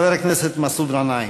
חבר הכנסת מסעוד גנאים.